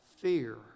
fear